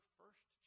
first